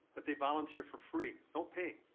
but they volunteer for free, no pay.